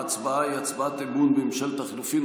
ההצבעה היא הצבעת אמון בממשלת החילופים,